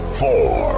four